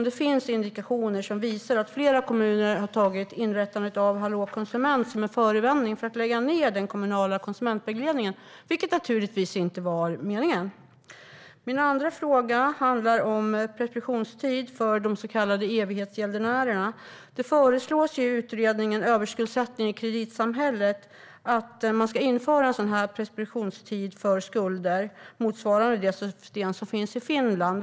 Det finns indikationer på att flera kommuner har tagit inrättandet av Hallå konsument som en förevändning att lägga ned den kommunala konsumentvägledningen, vilket naturligtvis inte var meningen. Min andra fråga handlar om preskriptionstid för de så kallade evighetsgäldenärerna. Det föreslås i utredningen Överskuldsättning i kreditsamhället ? att man ska införa preskriptionstid för skulder motsvarande det system som finns i Finland.